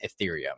Ethereum